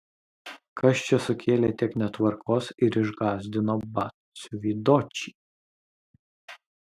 kas čia sukėlė tiek netvarkos ir išgąsdino batsiuvį dočį